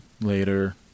later